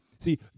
See